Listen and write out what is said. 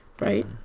right